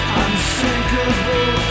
unsinkable